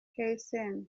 caysan